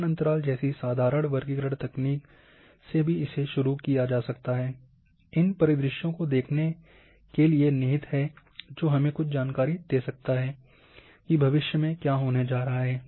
समान अंतराल जैसी साधारण वर्गीकरण तकनीक से भी इसे शुरू किया जा सकता है इन परिदृश्यों को देखने के लिए निहित है जो हमें कुछ जानकारी दे सकता है कि भविष्य क्या होने जा रहा है